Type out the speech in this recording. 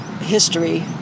history